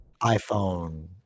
iPhone